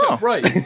right